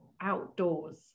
outdoors